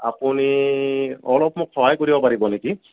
আপুনি অলপ মোক সহায় কৰিব পাৰিব নেকি